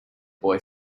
boy